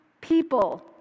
People